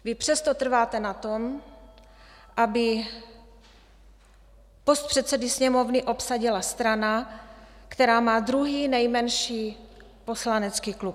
Vy přesto trváte na tom, aby post předsedy Sněmovny obsadila strana, která má druhý nejmenší poslanecký klub.